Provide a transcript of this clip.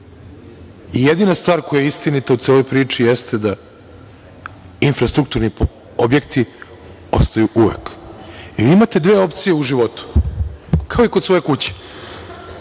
Jedina stvar koja je istinita u celoj priči jeste da infrastrukturni objekti ostaju uvek. Vi imate dve opcije u životu, kao i kod svoje kuće.